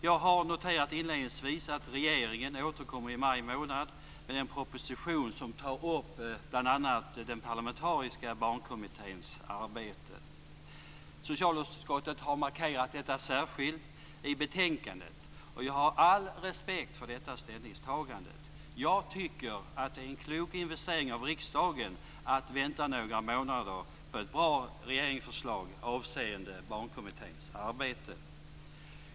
Jag har inledningsvis noterat att regeringen återkommer i maj med en proposition som bl.a. tar upp den parlamentariska barnkommitténs arbete. Socialutskottet har markerat detta särskilt i betänkandet, och jag har all respekt för det ställningstagandet. Jag tycker att det är en klok investering av riksdagen att vänta några månader på ett bra regeringsförslag avseende Barnkommitténs arbete.